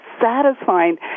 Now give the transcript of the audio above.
satisfying